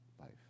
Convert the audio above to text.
life